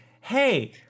hey